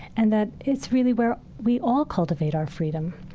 and that it's really where we all cultivate our freedom,